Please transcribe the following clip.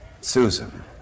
Susan